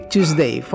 Tuesday